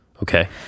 Okay